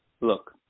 Look